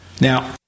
Now